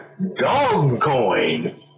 DogCoin